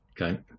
okay